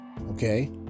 Okay